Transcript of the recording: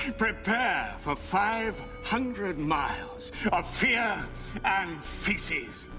prepare for five hundred miles of fear and faeces!